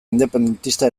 independentista